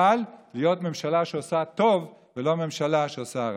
אבל להיות ממשלה שעושה טוב ולא ממשלה שעושה רע.